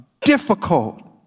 difficult